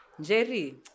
Jerry